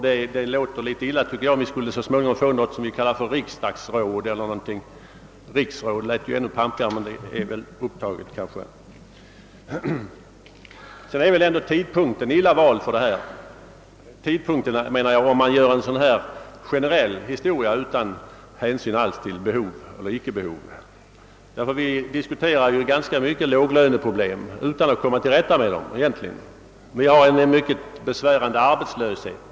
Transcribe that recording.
Det låter litet illa om vi så småningom skall få något som vi kallar riksdagsråd eller något annat — riksråd låter ännu pampigare men den titeln är kanske upptagen. Sedan får man nog säga att tidpunkten är litet illa vald om man vill genomföra detta förslag utan hänsyn till behov eller icke behov. Vi diskuterar här i kammaren låglöneproblemen utan att komma till rätta med dem. Vi har en besvärande arbetslöshet.